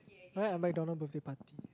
I like a McDonald birthday party